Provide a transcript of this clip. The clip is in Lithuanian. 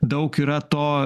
daug yra to